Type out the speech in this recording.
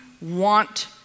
want